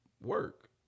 work